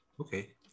Okay